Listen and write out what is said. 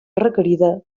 requerida